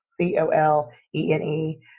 C-O-L-E-N-E